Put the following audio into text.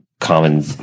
common